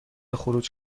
خروج